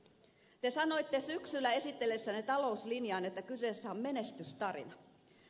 te sanoitte syksyllä esitellessänne talouslinjaanne että kyseessä on menestystarina